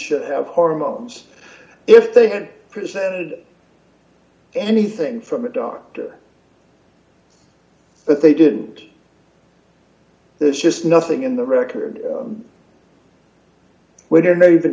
should have hormones if they had presented anything from a doctor but they didn't there's just nothing in the record we don't